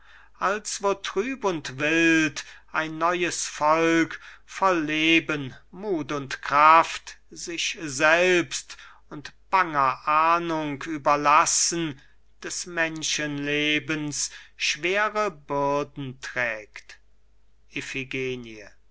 als wo trüb und wild ein neues volk voll leben muth und kraft sich selbst und banger ahnung überlassen des menschenlebens schwere bürden trägt